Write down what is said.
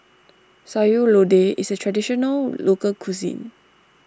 Sayur Lodeh is a Traditional Local Cuisine